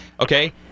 okay